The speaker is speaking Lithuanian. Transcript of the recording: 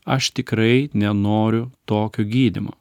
aš tikrai nenoriu tokio gydymo